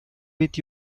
with